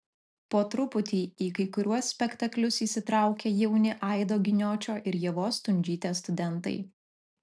po truputį į kai kuriuos spektaklius įsitraukia jauni aido giniočio ir ievos stundžytės studentai